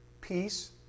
Peace